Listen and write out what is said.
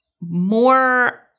more